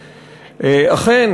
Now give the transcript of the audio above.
אכן,